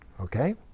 Okay